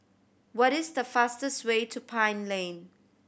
what is the fastest way to Pine Lane